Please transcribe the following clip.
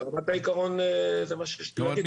ברמת העיקרון זה מה שיש לי להגיד.